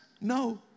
No